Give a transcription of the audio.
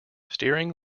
steering